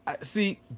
see